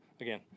again